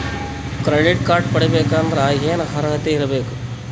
Credit card ಪಡಿಬೇಕಂದರ ಏನ ಅರ್ಹತಿ ಇರಬೇಕು?